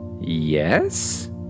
Yes